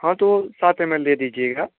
हाँ तो सात एम एल दीजिएगा